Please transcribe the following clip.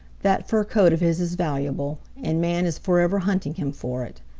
that fur coat of his is valuable, and man is forever hunting him for it.